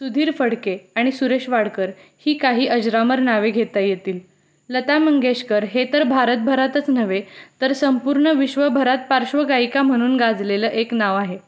सुधीर फडके आणि सुरेश वाडकर ही काही अजरामर नावे घेता येतील लता मंगेशकर हे तर भारत भरातच नव्हे तर संपूर्ण विश्वभरात पार्श्वगायिका म्हणून गाजलेलं एक नाव आहे